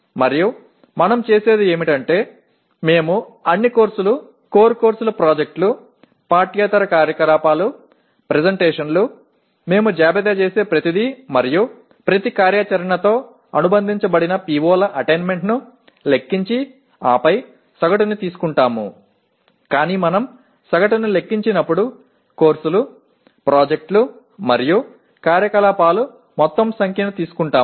మరియు మనం చేసేది ఏమిటంటే మేము అన్ని కోర్సులు కోర్ కోర్సులు ప్రాజెక్టులు పాఠ్యేతర కార్యకలాపాలు ప్రెజెంటేషన్లు మేము జాబితా చేసే ప్రతిదీ మరియు ప్రతి కార్యాచరణతో అనుబంధించబడిన PO ల అటైన్మెంట్ను లెక్కించి ఆపై సగటును తీసుకుంటాము కానీ మనం సగటును లెక్కించినప్పుడు కోర్సులు ప్రాజెక్టులు మరియు కార్యకలాపాలు మొత్తం సంఖ్యను తీసుకుంటాము